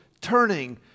turning